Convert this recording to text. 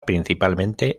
principalmente